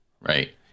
Right